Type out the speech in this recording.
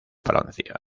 francia